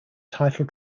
title